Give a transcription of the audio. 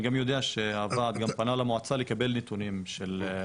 אני יודע שהוועד פנה למועצה לקבל נתונים של השקעות.